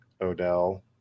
Odell